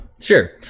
sure